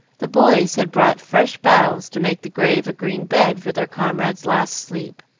the boys had brought fresh boughs to make the grave a green bed for their comrade's last sleep.